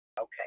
Okay